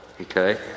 okay